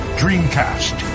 dreamcast